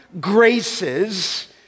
graces